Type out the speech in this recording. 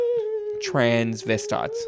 transvestites